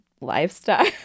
lifestyle